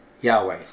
Yahweh